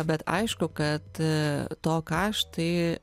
bet aišku kad to kaštai